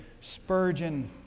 Spurgeon